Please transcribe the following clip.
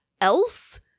else